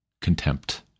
contempt